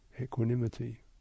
equanimity